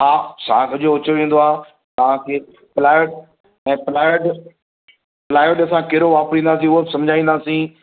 हा शाग जो उचो ईंदो आहे तव्हांखे प्लायर ऐं प्लायर ॾिस प्लायो ॾिसां कहिड़ो असां वापरींदासीं उहो समुझाईंदासीं